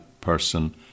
person